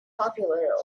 popular